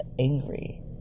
angry